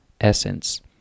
essence